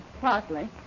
Partly